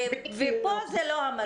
ופה זה לא המצב.